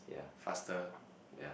faster